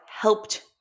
helped